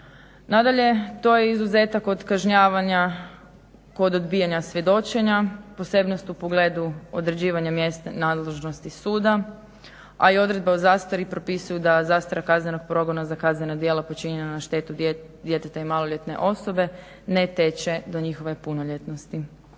Nadalje, to je izuzetak od kažnjavanja kod odbijanja svjedočena, posebnost u pogledu određivanja mjesne nadležnosti suda, a i odredbe o zastari propisuju da zastara kaznenog progona za kaznena djela počinjena na štetu djeteta i maloljetne osobe ne teče do njihove punoljetnosti.